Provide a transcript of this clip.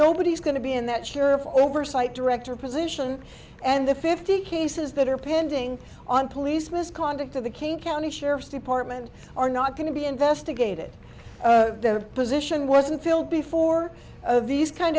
nobody is going to be in that share of oversight director position and the fifty cases that are pending on police misconduct or the king county sheriff's department are not going to be investigated the position wasn't filled before of these kind